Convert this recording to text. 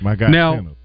Now